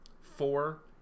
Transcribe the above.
four